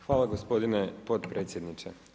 Hvala gospodine potpredsjedniče.